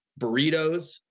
burritos